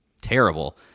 terrible